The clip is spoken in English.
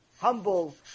humble